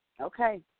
Okay